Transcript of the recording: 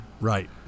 Right